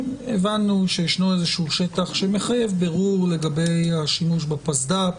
הבנו שישנו איזשהו שטח שמחייב בירור לגבי השימוש בפסד"פ.